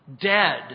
dead